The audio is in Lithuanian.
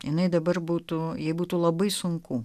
jinai dabar būtų jei būtų labai sunkų